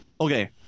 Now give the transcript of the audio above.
Okay